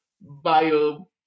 bio